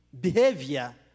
behavior